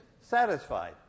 satisfied